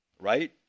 Right